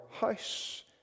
house